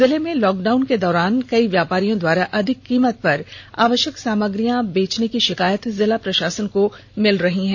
जिले में लॉकडाउन के दौरान कई व्यापारियों द्वारा अधिक कीमत पर आवष्यक सम्रागियों को बेचने की षिकायत जिला प्रषासन को मिल रही है